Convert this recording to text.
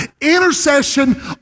Intercession